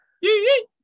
yee